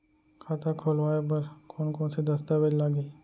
खाता खोलवाय बर कोन कोन से दस्तावेज लागही?